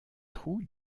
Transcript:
trou